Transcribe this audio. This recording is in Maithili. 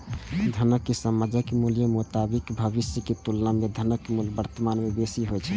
धनक सामयिक मूल्यक मोताबिक भविष्यक तुलना मे धनक मूल्य वर्तमान मे बेसी होइ छै